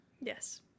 Yes